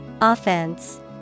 Offense